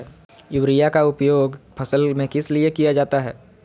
Urea के उपयोग फसल में किस लिए किया जाता है?